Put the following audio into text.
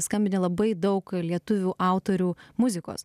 skambini labai daug lietuvių autorių muzikos